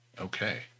Okay